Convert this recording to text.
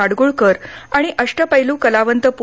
माडगूळकर आणि अष्टपैलू कलावंत पू